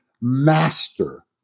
master